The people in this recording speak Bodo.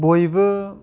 बयबो